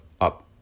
up